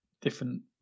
different